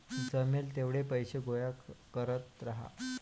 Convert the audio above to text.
जमेल तेवढे पैसे गोळा करत राहा